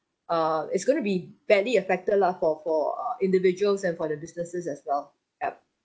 uh it's gonna be badly affected lah for for uh individuals and for the businesses as well yup